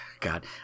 God